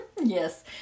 Yes